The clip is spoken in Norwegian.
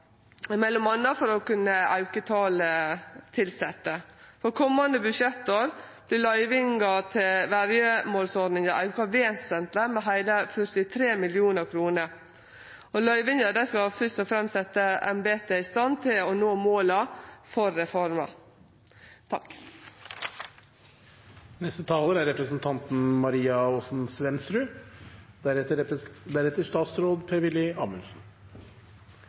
m.a. for å kunne auke talet på tilsette. Komande budsjettår vert løyvinga til verjemålsordninga auka vesentleg med heile 43 mill. kr. Løyvinga skal først og fremst setje embetet i stand til å nå måla for reforma. Vold i nære relasjoner er